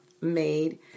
made